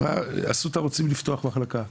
אמרה, אסותא רוצים לפתוח מחלקה.